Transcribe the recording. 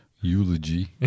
eulogy